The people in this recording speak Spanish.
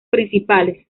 principales